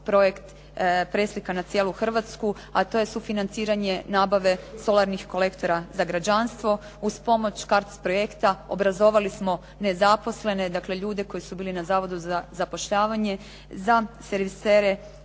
projekt preslika na cijelu Hrvatsku, a to je sufinanciranje nabave solarnih kolektora za građanstvo uz pomoć CARDS projekta obrazovali smo nezaposlene, dakle ljude koji su bili na Zavodu za zapošljavanje za servisere,